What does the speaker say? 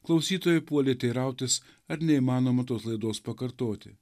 klausytojai puolė teirautis ar neįmanoma tos laidos pakartoti